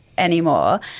Anymore